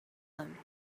them